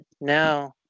now